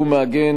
והוא מעגן,